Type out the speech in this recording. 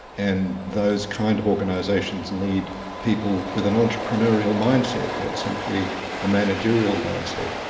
and those kind of organisations need people with an entrepreneurial mindset, not simply a managerial mindset.